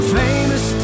famous